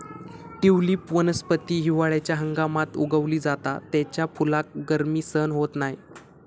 tulip वनस्पती हिवाळ्याच्या हंगामात उगवली जाता त्याच्या फुलाक गर्मी सहन होत नाय